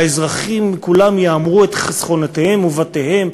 האזרחים כולם יהמרו את חסכונותיהם ובתיהם.